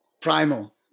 primal